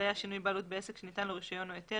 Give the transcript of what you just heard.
היה שינוי בעלות בעסק שניתן לו רישיון או היתר,